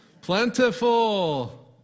Plentiful